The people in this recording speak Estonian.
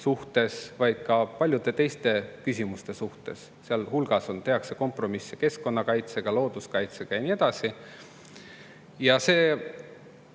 suhtes, vaid ka paljude teiste küsimuste suhtes, sealhulgas tehakse kompromisse keskkonnakaitsega, looduskaitsega ja nii edasi. See